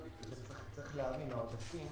צריך להבין, העודפים